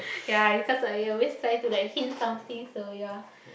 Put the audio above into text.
ya because like I always try to like hint something so ya